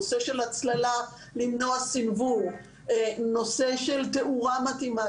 נושא של הצללה למנוע סנוור, נושא של תאורה מתאימה.